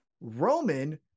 Roman